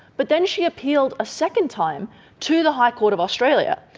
but then she appealed a second time to the high court of australia,